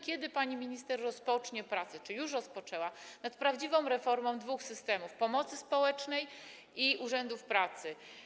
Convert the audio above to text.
Kiedy pani minister rozpocznie prace, czy już rozpoczęła, nad prawdziwą reformą dwóch systemów: pomocy społecznej i urzędów pracy?